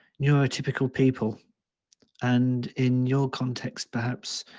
neuro-typical people and in your context, perhaps